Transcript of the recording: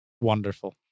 Wonderful